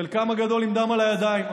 חלקם הגדול עם דם על הידיים.